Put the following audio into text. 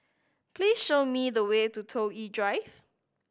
please show me the way to Toh Yi Drive